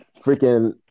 freaking